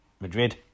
Madrid